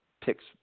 picks